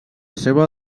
seua